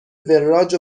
وراج